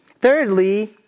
Thirdly